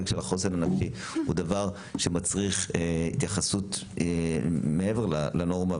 של החוסן הנפשי הוא דבר שמצריך התייחסות מעבר לנורמה,